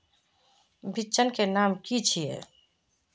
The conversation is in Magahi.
बिचन के नाम की छिये?